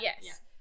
Yes